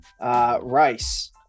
Rice